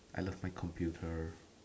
I love my computer